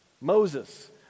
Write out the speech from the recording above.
Moses